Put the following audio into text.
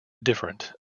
different